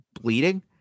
bleeding